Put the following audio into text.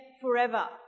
forever